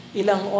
ilang